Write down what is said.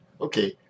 Okay